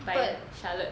by charlotte